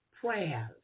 Prayers